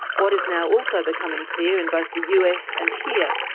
what is now also becoming clear, in both the us and here,